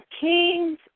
kings